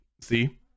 see